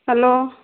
hello